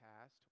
past